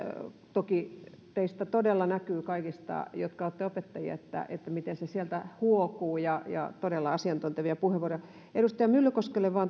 toki teistä kaikista jotka olette opettajia todella näkyy miten se sieltä huokuu todella asiantuntevia puheenvuoroja edustaja myllykoskelle vain